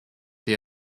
der